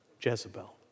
Jezebel